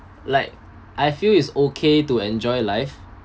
like I feel is okay to enjoy life